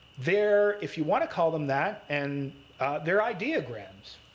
they're if you want to call them that and they're ideograms.